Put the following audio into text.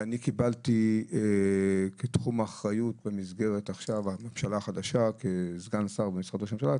אני קיבלתי כתחום אחריות במסגרת הממשלה החדשה כסגן שר במשרד ראש הממשלה,